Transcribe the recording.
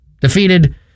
defeated